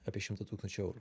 apie šimtą tūkstančių eurų